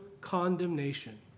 condemnation